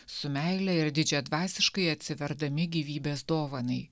su meile ir didžiadvasiškai atsiverdami gyvybės dovanai